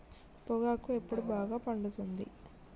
పొగాకు ఎప్పుడు బాగా పండుతుంది?